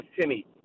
Timmy